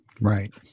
Right